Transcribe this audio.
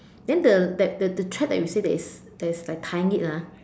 then the that the the thread that we say that is that is like tying ah